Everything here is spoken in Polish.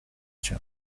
cię